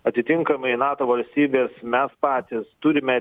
atitinkamai nato valstybės mes patys turime